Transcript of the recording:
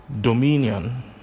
dominion